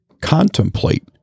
contemplate